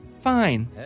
Fine